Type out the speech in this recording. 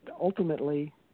ultimately